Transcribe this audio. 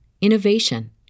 innovation